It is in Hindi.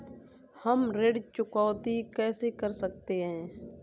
हम ऋण चुकौती कैसे कर सकते हैं?